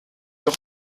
leur